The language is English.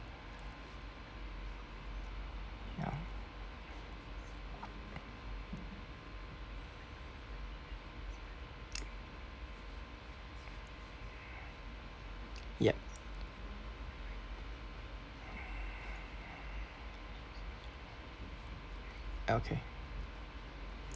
ya yup okay